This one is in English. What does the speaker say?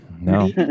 No